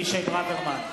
אבישי ברוורמן,